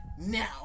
now